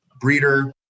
breeder